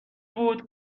بود